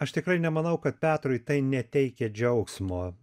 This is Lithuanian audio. aš tikrai nemanau kad petrui tai neteikia džiaugsmo